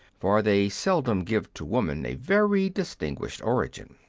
for they seldom give to woman a very distinguished origin.